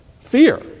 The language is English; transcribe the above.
fear